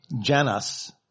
Janus